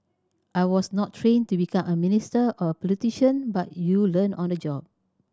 I was not trained to become a minister or a politician but you learn on the job